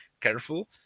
careful